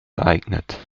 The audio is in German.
geeignet